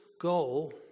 goal